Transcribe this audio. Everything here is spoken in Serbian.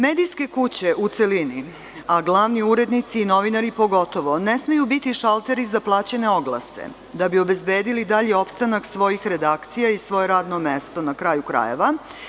Medijske kuće u celini, a glavni urednici i novinari pogotovo, ne smeju biti šalteri za plaćene oglase, da bi obezbedili dalji opstanak svojih redakcija i svoje radno mesto, na kraju krajeva.